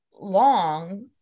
long